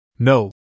No